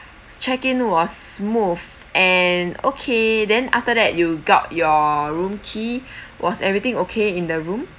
check in was smooth and okay then after that you got your room key was everything okay in the room